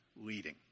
leading